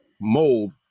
mold